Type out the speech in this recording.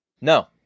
no